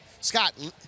Scott